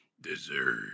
deserve